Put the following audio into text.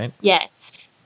Yes